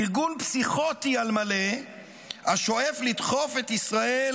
ארגון פסיכוטי על מלא השואף לדחוף את ישראל